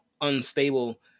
unstable